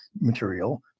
material